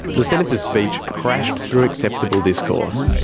the senator's speech crashed through acceptable discourse.